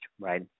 right